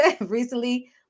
recently